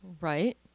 Right